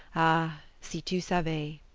ah! si tu savais!